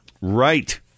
Right